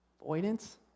Avoidance